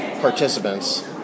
participants